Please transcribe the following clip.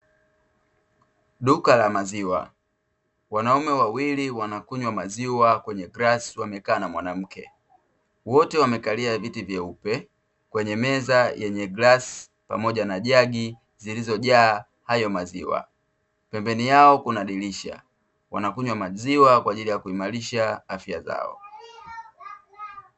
Duka la maziwa, wanaume wawili wanakunywa maziwa kwenye glasi, wamekaa na mwanamke. Wote wamekalia viti vyeupe kwenye meza yenye glasi pamoja na jagi zilizojaa hayo maziwa. Pembeni yao kuna dirisha, wanakunywa maziwa kwa ajili ya kuimarisha afya zao.